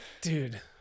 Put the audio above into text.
dude